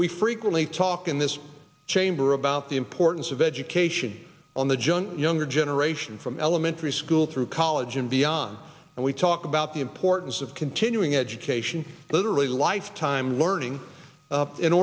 we frequently talk in this chamber about the importance of education on the john younger generation from elementary school through college and beyond and we talk about the importance of continuing education literally lifetime learning